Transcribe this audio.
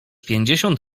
pięćdziesiąt